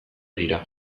dira